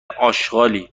آشغالی